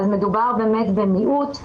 מדובר באמת במיעוט,